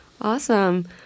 awesome